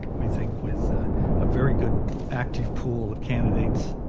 we think, with a very good active pool of candidates,